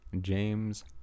James